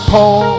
Paul